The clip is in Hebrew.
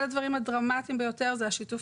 אחד הדברים הדרמטיים ביותר זה שיתוף